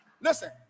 listen